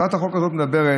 הצעת החוק הזאת מדברת